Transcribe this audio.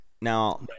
Now